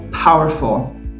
Powerful